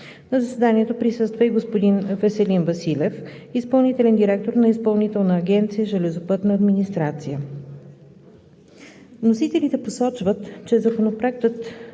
На заседанието присъства и господин Веселин Василев – изпълнителен директор на Изпълнителна агенция „Железопътна администрация“. Вносителите посочват, че Законопроектът